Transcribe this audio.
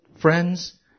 friends